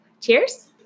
Cheers